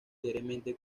diariamente